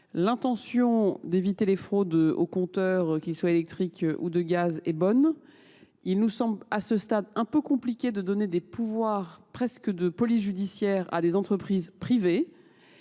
L'intention d'éviter les fraudes aux compteurs, qu'ils soient électriques ou de gaz, est bonne. Il nous semble à ce stade un peu compliqué de donner des pouvoirs presque de polis judiciaires à des entreprises privées.